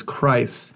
Christ